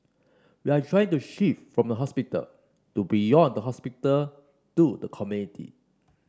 we are trying to shift from the hospital to beyond the hospital to the community